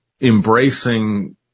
embracing